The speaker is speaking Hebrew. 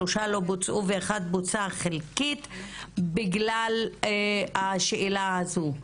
שלושה לא בוצעו ואחד בוצע חלקית בגלל השאלה הזו,